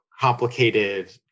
complicated